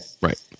right